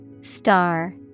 Star